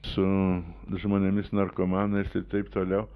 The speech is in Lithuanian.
su žmonėmis narkomanais ir taip toliau